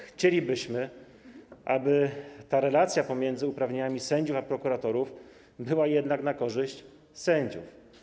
Chcielibyśmy, aby relacja pomiędzy uprawnieniami sędziów i prokuratorów była jednak na korzyść sędziów.